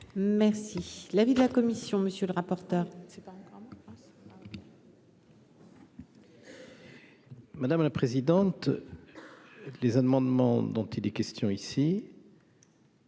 Merci l'avis de la commission, monsieur le rapporteur, c'est pas grave. Madame la présidente, les amendements dont il est question ici.